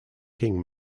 king